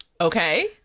okay